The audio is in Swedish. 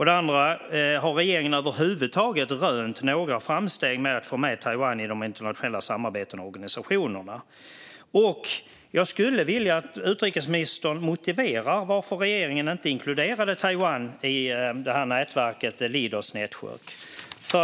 Den andra är: Har regeringen över huvud taget rönt några framsteg i att få med Taiwan i de internationella samarbetena och organisationerna? Jag skulle vilja att utrikesministern motiverar varför regeringen inte inkluderade Taiwan i nätverket the Leaders Network.